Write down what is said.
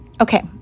okay